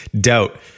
doubt